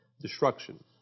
destruction